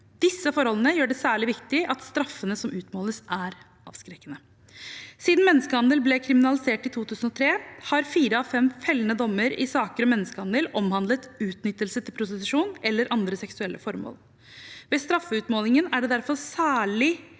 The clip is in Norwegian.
Disse forholdene gjør det særlig viktig at straffene som utmåles, er avskrekkende. Siden menneskehandel ble kriminalisert i 2003, har fire av fem fellende dommer i saker om menneskehandel omhandlet utnyttelse til prostitusjon eller andre seksuelle formål. Ved straffutmålingen er det derfor særlig